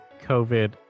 COVID